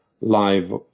live